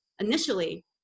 initially